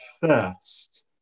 first